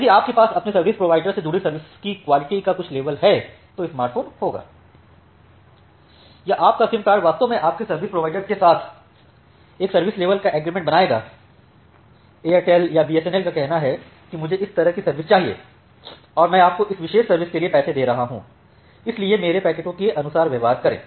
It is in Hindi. यदि आपके पास अपने सर्विस प्रोवाइडर से जुड़ी सर्विस की क्वालिटी का कुछ लेवल है तो स्मार्टफोन होगा या आपका सिम कार्ड वास्तव में आपके सर्विस प्रोवाइडर के साथ एक सर्विस लेवल का एग्रीमेंट बनाएगा एयरटेल या बीएसएनएल का कहना है कि मुझे इस तरह की सर्विस चाहिए और मैं आपको इस विशेष सर्विस के लिए पैसे दे रहा हूं इसलिए मेरे पैकेटों के अनुसार व्यवहार करें